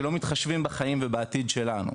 שלא מתחשבים בחיים ובעתיד שלנו,